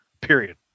period